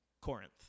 Corinth